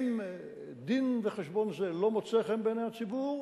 אם דין-וחשבון זה לא מוצא חן בעיני הציבור,